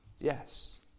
Yes